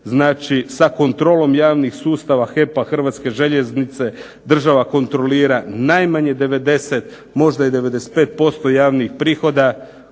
Znači, sa kontrolom javnih sustava HEP-a, Hrvatske željeznice, država kontrolira najmanje 90 možda i 95% javnih prihoda,